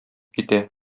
китә